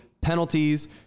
penalties